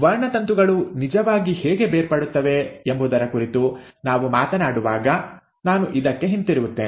ವರ್ಣತಂತುಗಳು ನಿಜವಾಗಿ ಹೇಗೆ ಬೇರ್ಪಡುತ್ತವೆ ಎಂಬುದರ ಕುರಿತು ನಾವು ಮಾತನಾಡುವಾಗ ನಾನು ಇದಕ್ಕೆ ಹಿಂತಿರುಗುತ್ತೇನೆ